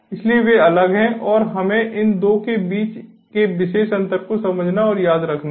इसलिए वे अलग हैं और हमें इन 2 के बीच के विशेष अंतर को समझना और याद रखना है